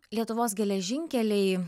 lietuvos geležinkeliai